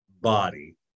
body